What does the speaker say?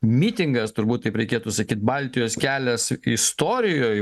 mitingas turbūt taip reikėtų sakyt baltijos kelias istorijoj